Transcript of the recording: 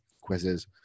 quizzes